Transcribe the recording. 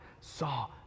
saw